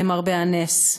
למרבה הנס.